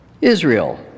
Israel